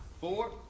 four